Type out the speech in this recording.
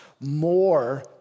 more